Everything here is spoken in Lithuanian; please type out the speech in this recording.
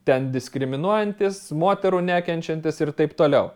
ten diskriminuojantis moterų nekenčiantis ir taip toliau